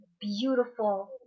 beautiful